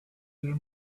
there